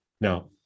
now